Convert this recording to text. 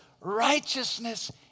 righteousness